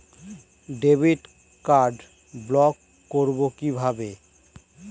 Debit card block করব কিভাবে?